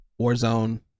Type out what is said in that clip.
Warzone